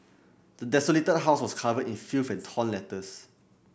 the desolated house was covered in filth and torn letters